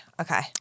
Okay